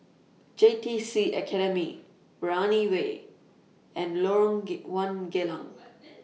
J T C Academy Brani Way and Lorong get one Geylang